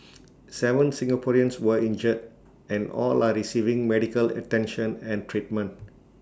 Seven Singaporeans were injured and all are receiving medical attention and treatment